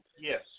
Yes